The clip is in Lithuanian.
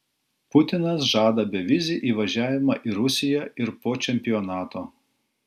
putinas žada bevizį įvažiavimą į rusiją ir po čempionato